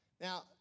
Now